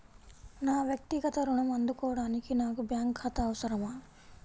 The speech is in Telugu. నా వక్తిగత ఋణం అందుకోడానికి నాకు బ్యాంక్ ఖాతా అవసరమా?